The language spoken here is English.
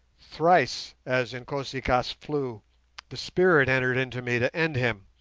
thrice as inkosi-kaas flew the spirit entered into me to end him,